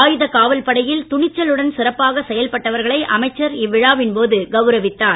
ஆயுதக் காவல் படையில் துணிச்சலுடன் சிறப்பாக செயல்பட்டவர்களை அமைச்சர் இவ்விழாவின் போது கவுரவித்தார்